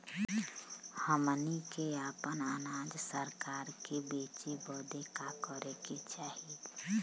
हमनी के आपन अनाज सरकार के बेचे बदे का करे के चाही?